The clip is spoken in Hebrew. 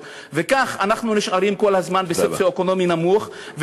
וכך אנחנו נשארים כל הזמן במצב סוציו-אקונומי נמוך,